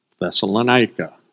Thessalonica